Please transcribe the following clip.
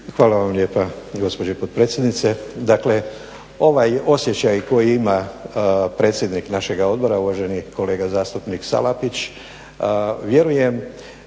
Hvala vam lijepa gospođo potpredsjednice. Dakle ovaj osjećaj koji ima predsjednik našega odbora uvaženi kolega zastupnik Salapić, vjerujem